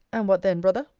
and what then, brother?